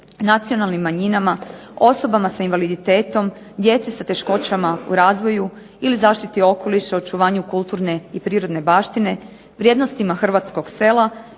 nacionalnim manjinama, osobama sa invaliditetom, djeci sa teškoćama u razvoju ili zaštiti okoliša, očuvanju kulturne i prirodne baštine, vrijednostima hrvatskog sela